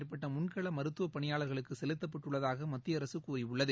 மேற்பட்டமுன்களமருத்துவபணியாளா்களுக்குசெலுத்தப்பட்டுள்ளதாக மத்திய அரசுகூறியுள்ளது